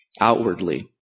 outwardly